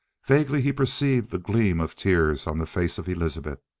vaguely he perceived the gleam of tears on the face of elizabeth.